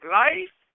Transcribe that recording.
life